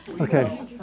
okay